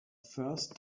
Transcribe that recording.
first